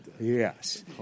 Yes